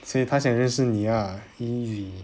所以他想认识你 ah easy